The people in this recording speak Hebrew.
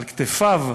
על כתפיו,